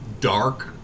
dark